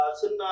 xin